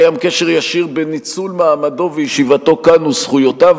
קיים קשר ישיר בין ניצול מעמדו וישיבתו כאן וזכויותיו